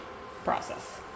process